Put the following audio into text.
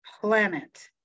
Planet